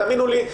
תאמינו לי,